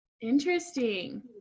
Interesting